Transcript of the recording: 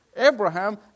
Abraham